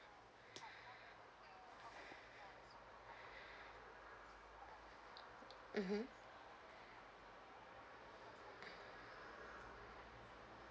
mmhmm